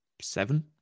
Seven